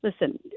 listen